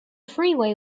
freeway